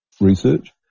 research